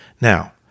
Now